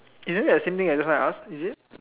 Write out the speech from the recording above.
isn't that the same thing as just now I ask is it